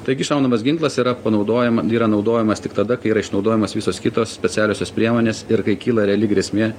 taigi šaunamas ginklas yra panaudojama yra naudojamas tik tada kai yra išnaudojamos visos kitos specialiosios priemonės ir kai kyla reali grėsmė